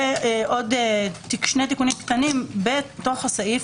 יש עוד שני תיקונים קטנים בתוך הסעיף.